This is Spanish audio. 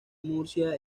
murcia